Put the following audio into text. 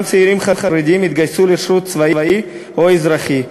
צעירים חרדים יתגייסו לשירות צבאי או אזרחי,